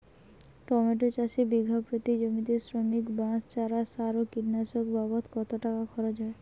Tomato চাষে বিঘা প্রতি জমিতে শ্রমিক, বাঁশ, চারা, সার ও কীটনাশক বাবদ কত টাকা খরচ হয়?